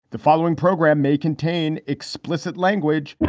the following program may contain explicit language